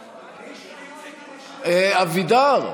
אבידר,